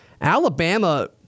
Alabama